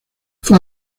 fue